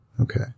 Okay